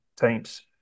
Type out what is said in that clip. teams